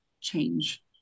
change